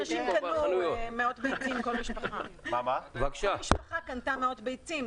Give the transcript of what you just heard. כל משפחה קנתה מאות ביצים.